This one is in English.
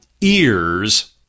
ears